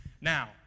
Now